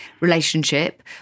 relationship